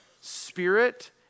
spirit